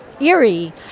Eerie